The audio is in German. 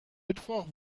mittwoch